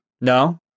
No